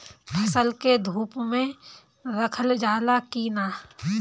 फसल के धुप मे रखल जाला कि न?